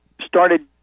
started